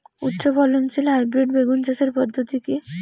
উচ্চ ফলনশীল হাইব্রিড বেগুন চাষের পদ্ধতি কী?